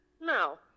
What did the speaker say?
no